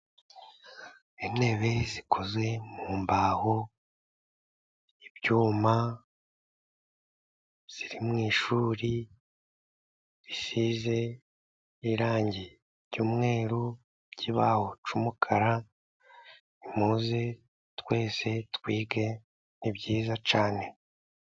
Intebe zikoze mu mbaho , ibyuma ziri mu ishuri risize irangi ry'umweru , ikibaho cy'umukara. Muze twese twige ni byiza cyane.